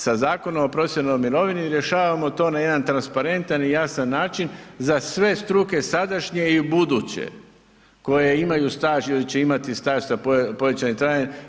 Sa Zakonom o profesionalnoj mirovini rješavamo to na jedan transparentan i jasan način za sve struke sadašnje i ubuduće koje imaju staž ili će imati staž sa povećanim trajanjem.